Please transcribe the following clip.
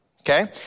okay